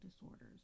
disorders